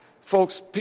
folks